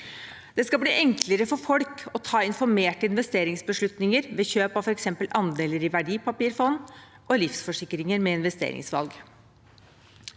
Det skal bli enklere for folk å ta informerte investeringsbeslutninger ved kjøp av f.eks. andeler i verdipapirfond og livsforsikringer med investeringsvalg.